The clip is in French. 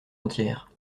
entière